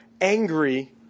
angry